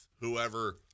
whoever